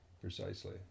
Precisely